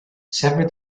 sever